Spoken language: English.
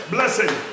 Blessing